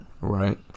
Right